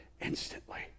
Instantly